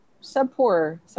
sub-poor